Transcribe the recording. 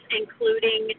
including